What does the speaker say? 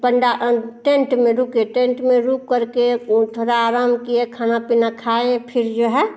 पंडा tent में रुके tent में रुक करके थोड़ा आराम किए खाना पीना खाए फिर जो है